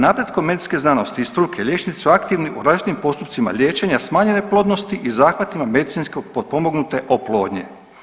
Napretkom medicinske znanosti i struke liječnici su aktivni u različitim postupcima liječenja smanjene plodnosti i zahvatima medicinski potpomognute oplodnje.